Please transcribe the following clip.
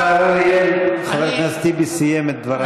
השר אריאל, חבר הכנסת טיבי סיים את דבריו.